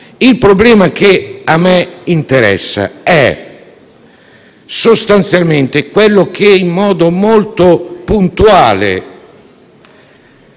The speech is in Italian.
Il problema che a me interessa è sostanzialmente quello che in modo molto puntuale